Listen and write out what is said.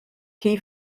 key